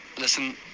Listen